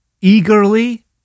eagerly